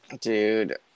Dude